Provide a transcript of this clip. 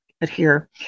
adhere